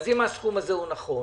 אז אם הסכום הזה הוא נכון,